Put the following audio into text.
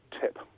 tip